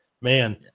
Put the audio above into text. man